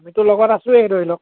আমিতো লগত আছোঁৱেই ধৰি লওক